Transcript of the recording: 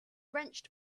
wrenched